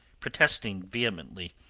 protesting vehemently.